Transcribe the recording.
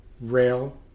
rail